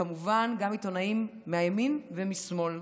וכמובן גם עיתונאים מהימין ומשמאל.